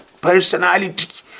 personality